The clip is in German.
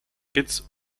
kitts